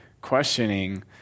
questioning